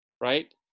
right